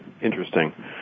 Interesting